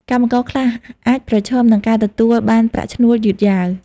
កម្មករខ្លះអាចប្រឈមនឹងការទទួលបានប្រាក់ឈ្នួលយឺតយ៉ាវ។